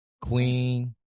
Queen